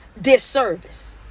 disservice